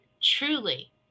truly